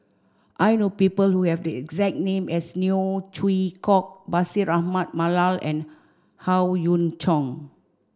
I know people who have the exact name as Neo Chwee Kok Bashir Ahmad Mallal and Howe Yoon Chong